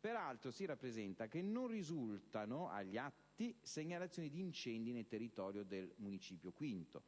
Peraltro si rappresenta che non risultano agli atti segnalazioni di incendi nel territorio del Municipio V